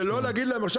שלא להגיד להם עכשיו,